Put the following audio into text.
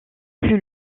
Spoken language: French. plus